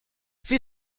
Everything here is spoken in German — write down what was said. wie